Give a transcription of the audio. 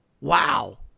wow